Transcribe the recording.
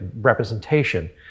representation